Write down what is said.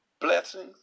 blessings